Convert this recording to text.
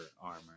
armor